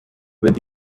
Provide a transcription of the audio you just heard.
with